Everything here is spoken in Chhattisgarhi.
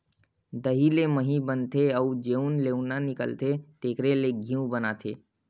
दही ले मही बनथे अउ जउन लेवना निकलथे तेखरे ले घींव बनाथे